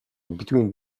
between